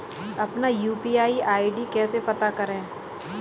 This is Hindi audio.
अपना यू.पी.आई आई.डी कैसे पता करें?